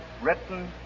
written